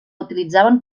utilitzaven